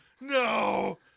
no